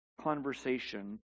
conversation